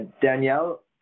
Danielle